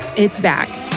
it's back.